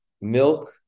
milk